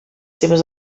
seves